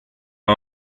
are